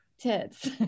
tits